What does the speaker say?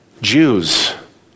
Jews